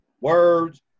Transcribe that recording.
words